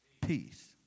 peace